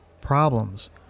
problems